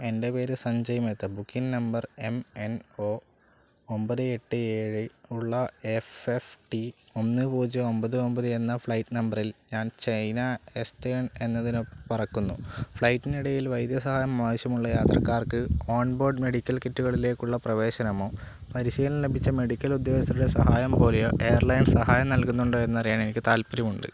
എൻ്റെ പേര് Sanjay Mehta booking number M N ഒമ്പത് എട്ട് ഏഴ് ഉള്ള എഫ് എസ് ടി ഒന്ന് പൂജ്യം ഒമ്പത് ഒമ്പത് എന്ന ഫ്ലൈറ്റ് നമ്പറിൽ ഞാൻ ചൈന എസ്റ്റേൺ എന്നതിനൊപ്പം പറക്കുന്നു ഫ്ലൈറ്റിന് ഇടയിൽ വൈദ്യസഹായം ആവശ്യമുള്ള യാത്രക്കാർക്ക് ഓൺ ബോർഡ് മെഡിക്കൽ കിറ്റുകളിലേക്കുള്ള പ്രവേശനമോ പരിശീലനം ലഭിച്ച മെഡിക്കൽ ഉദ്യോഗസ്ഥരുടെ സഹായം പോലെയോ എയർലൈൻ സഹായം നാൽകുന്നുണ്ടോ എന്നറിയാൻ എനിക്ക് താൽപ്പര്യമുണ്ട്